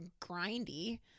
grindy